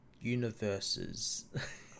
Universes